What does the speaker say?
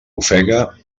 ofega